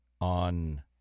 on